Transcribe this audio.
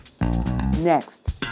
next